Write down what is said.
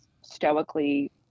stoically